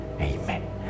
Amen